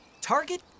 target